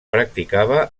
practicava